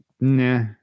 nah